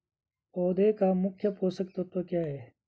पौधें का मुख्य पोषक तत्व क्या है?